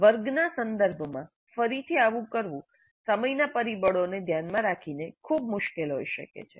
વર્ગના સંદર્ભમાં ફરીથી આવું કરવું સમયના પરિબળોને ધ્યાનમાં રાખીને ખૂબ મુશ્કેલ હોઈ શકે છે